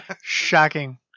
Shocking